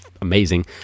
amazing